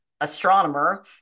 astronomer